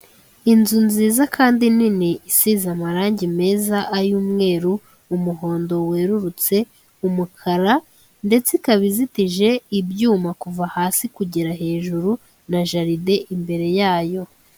Inzu nziza kandi nini isize amarangi meza ay'umweru, umuhondo werurutse, umukara ndetse ikaba izitije ibyuma kuva hasi kugera hejuru na jaride imbere yayo.